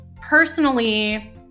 personally